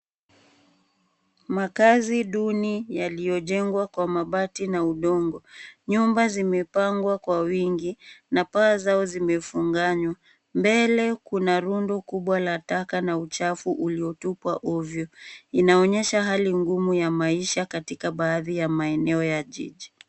Makaazi duni yaliyojengwa kwa mabati na udongo. Nyumba zimepangwa kwa wingi na paa zao zimefunganywa. Mbele kuna rundo kubwa la taka na uchafu uliotupwa ovyo. Inaonesha hali ngumu ya maisha katika baadhi ya maeneo ya jiji.